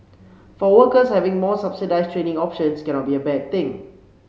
for workers having more subsidised training options cannot be a bad thing